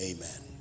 Amen